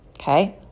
Okay